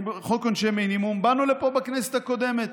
עם חוק עונשי מינימום באנו לפה בכנסת הקודמת.